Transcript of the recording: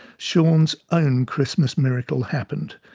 shaun's own christmas miracle happened.